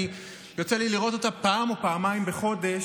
כי יוצא לי לראות אותה פעם או פעמיים בחודש,